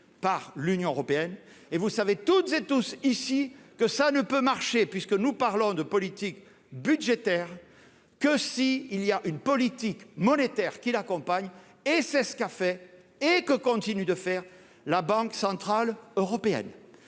par l'Union européenne et vous savez toutes et tous ici, que ça ne peut marcher puisque nous parlons de politique budgétaire que si il y a une politique monétaire qui l'accompagne, et c'est ce qu'a fait et que continue de faire la Banque centrale européenne,